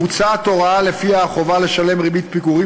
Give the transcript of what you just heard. מוצעת הוראה שלפיה החובה לשלם ריבית פיגורים